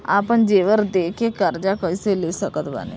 आपन जेवर दे के कर्जा कइसे ले सकत बानी?